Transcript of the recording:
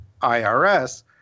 IRS